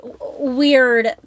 weird